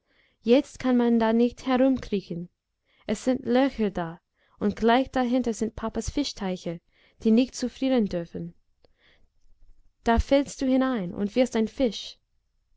jetzt kann man da nicht herumkriechen es sind löcher da und gleich dahinter sind papas fischteiche die nicht zufrieren dürfen da fällst du hinein und wirst ein fisch